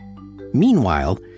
Meanwhile